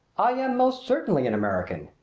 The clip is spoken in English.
i am most certainly an american,